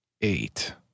Eight